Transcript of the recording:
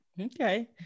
Okay